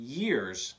years